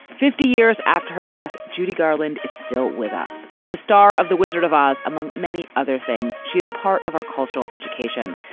fifty years after her death, judy garland is still with us as the star of the wizard of oz, among many other things. she's part of our cultural education,